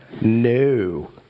No